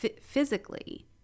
physically